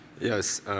Yes